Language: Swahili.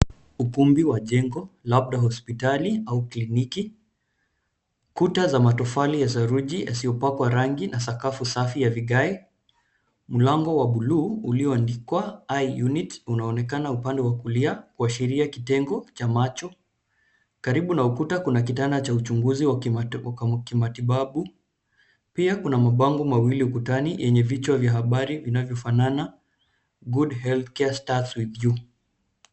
Ukumbi wa jengo, labda hospitali au kliniki. Kuta za matofali ya saruji yasiyopakwa rangi na sakafu safi ya vigae. Mlango wa bluu, ulioandikwa eye unit , unaonekana upande wa kulia, kuashiria kitengo cha macho. Karibu na ukuta kuna kitanda cha uchunguzi wa kimatibabu. Pia kuna mabango mawili ukutani ,yenye vichwa vya habari vinavyofanana. Good healthcare starts with you .